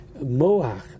moach